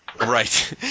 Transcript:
Right